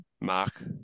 Mark